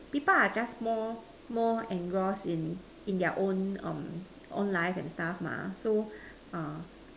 people are just more more engrossed in in their own um own life and stuff mah yeah so err